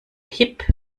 hip